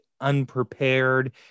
unprepared